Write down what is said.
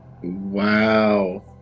wow